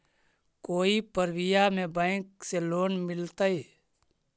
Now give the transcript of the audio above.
कोई परबिया में बैंक से लोन मिलतय?